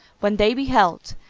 when they beheld,